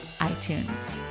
iTunes